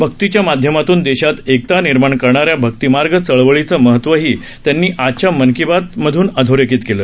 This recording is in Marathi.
भक्तीच्या माध्यमातून देशात एकता निर्माण करणाऱ्या भक्तिमार्ग चळवळीचं महत्वही त्यांनी आजच्या मन की बातमधून अधोरेखित केलं